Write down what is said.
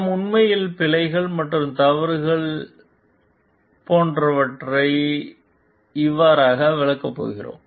நாம் உண்மையில் பிழைகள் மற்றும் தவறுகள் என்ன போன்ற இவற்றைவிளக்க போகிறோம்